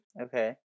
Okay